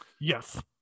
Yes